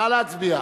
נא להצביע.